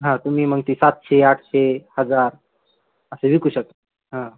हां तुम्ही मग ते सातशे आठशे हजार असे विकू शकता हां